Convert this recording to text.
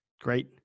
Great